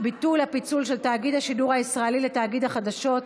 ביטול הפיצול של תאגיד השידור הישראלי לתאגיד החדשות),